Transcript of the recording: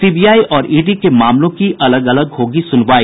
CBI और ED के मामलों की अलग अलग होगी सुनवाई